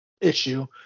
issue